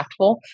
impactful